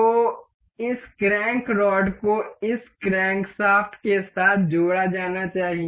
तो इस crank rod को इस क्रैंकशाफ्ट के साथ जोड़ा जाना चाहिए